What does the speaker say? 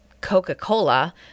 Coca-Cola